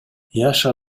яша